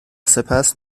سپس